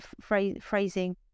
phrasing